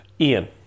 Ian